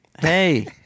Hey